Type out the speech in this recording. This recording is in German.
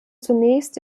zunächst